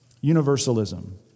Universalism